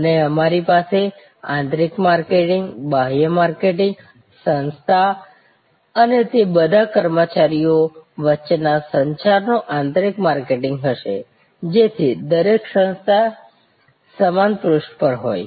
અને અમારી પાસે આંતરિક માર્કેટિંગ બાહ્ય માર્કેટિંગ સંસ્થા અને તે બધા કર્મચારીઓ વચ્ચેના સંચારનું આંતરિક માર્કેટિંગ હશે જેથી દરેક સંસ્થા સમાન પૃષ્ઠ પર હોય